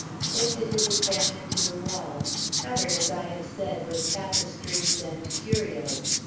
shifted his attention to the walls, covered, as i have said, with tapestries and curios.